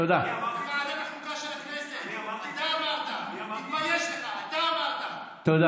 הוא מרעיב ילדים, טוב,